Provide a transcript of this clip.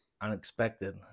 Unexpected